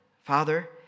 Father